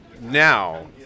now